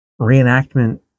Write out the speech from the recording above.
reenactment